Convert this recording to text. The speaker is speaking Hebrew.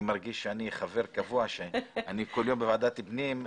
מרגיש שאני חבר קבוע כי אני כל יום בוועדת הפנים.